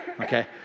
Okay